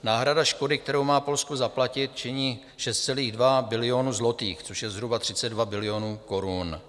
Náhrada škody, kterou má Polsku zaplatit, činí 6,2 bilionu zlotých, což je zhruba 32 bilionů korun.